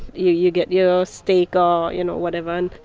you you get your stake or, you know, whatever, and